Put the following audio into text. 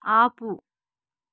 ఆపు